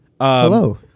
Hello